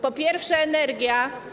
Po pierwsze, energia.